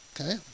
Okay